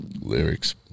lyrics